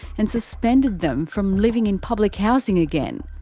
and suspended them from living in public housing again.